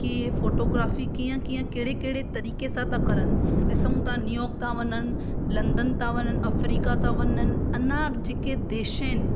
की फोटोग्राफी कीअं कीअं कहिड़े कहिड़े तरीक़े सां था करनि ॾिसूं था न्यूयॉर्क था वञनि लंडन था वञनि अफ्रीका था वञनि अञा जेके देश आहिनि